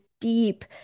deep